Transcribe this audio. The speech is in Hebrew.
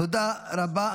תודה רבה.